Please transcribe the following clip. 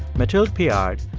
mathilde piard,